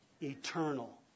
Eternal